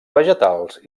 vegetals